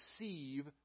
receive